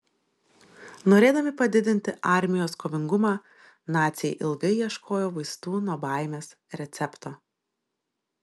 norėdami padidinti armijos kovingumą naciai ilgai ieškojo vaistų nuo baimės recepto